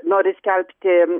nori skelbti